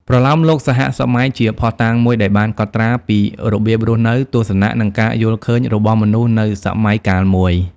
ប្រលោមលោកសហសម័យជាភស្តុតាងមួយដែលបានកត់ត្រាពីរបៀបរស់នៅ ទស្សនៈ និងការយល់ឃើញរបស់មនុស្សនៅសម័យកាលមួយ។